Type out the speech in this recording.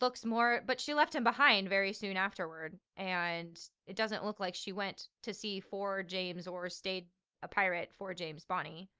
looks more, but she left him behind very soon afterward and it doesn't look like she went to sea for james or stayed a pirate for james bonny,